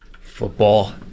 Football